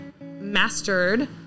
mastered